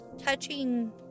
touching